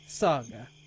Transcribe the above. Saga